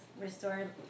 Restore